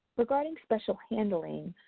regarding special handling,